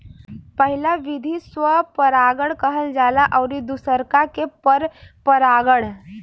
पहिला विधि स्व परागण कहल जाला अउरी दुसरका के पर परागण